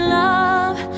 love